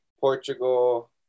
portugal